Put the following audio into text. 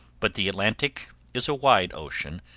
but the atlantic is a wide ocean,